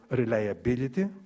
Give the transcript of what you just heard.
reliability